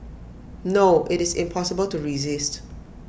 no IT is impossible to resist